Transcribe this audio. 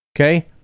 Okay